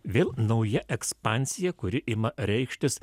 vėl nauja ekspansija kuri ima reikštis